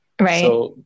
right